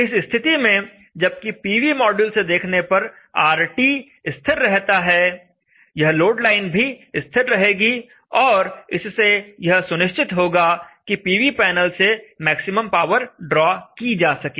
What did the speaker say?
इस स्थिति में जबकि पीवी मॉड्यूल से देखने पर RT स्थिर रहता है यह लोड लाइन भी स्थिर रहेगी और इससे यह सुनिश्चित होगा कि पीवी पैनल से मैक्सिमम पावर ड्रॉ की जा सके